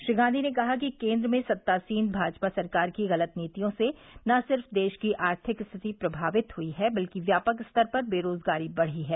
श्री गांधी ने कहा कि केन्द्र में सत्तासीन भाजपा सरकार की ग़लत नीतियों से न सिर्फ देश की आर्थिक स्थिति प्रभावित हुई है बल्कि व्यापक स्तर पर बेरोज़गारी बढ़ी है